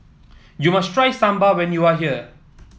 you must try Sambar when you are here